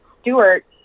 Stewart